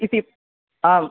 इति आम्